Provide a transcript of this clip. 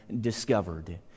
discovered